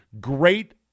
Great